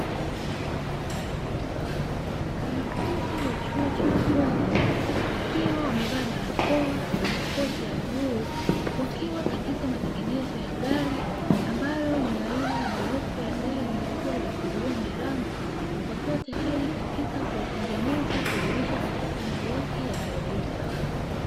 Wanafunzi wa chuo cha ufundi wakiwa wamevaa barakoa na makoti ya bluu, wakiwa katika matengenezo ya gari ambalo ni aina ya nyeupe ya gari likiwa limefunguliwa milango, wakiwa tayari katika kulitengeneza kulirudisha katika hali yake ya kawaida.